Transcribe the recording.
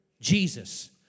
Jesus